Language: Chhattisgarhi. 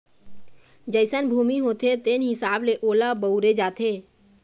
जइसन भूमि होथे तेन हिसाब ले ओला बउरे जाथे